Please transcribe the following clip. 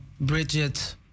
Bridget